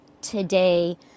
today